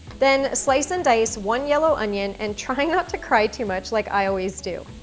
then slice and dice one yellow onion and try not to cry too much like i always do.